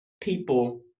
people